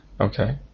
Okay